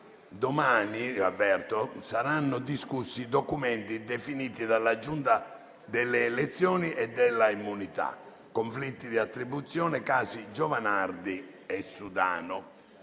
domani saranno discussi i documenti definiti dalla Giunta delle elezioni e delle immunità (conflitti di attribuzione, casi Giovanardi e Sudano).